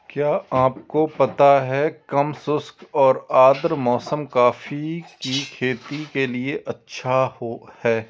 क्या आपको पता है कम शुष्क और आद्र मौसम कॉफ़ी की खेती के लिए अच्छा है?